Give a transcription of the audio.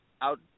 out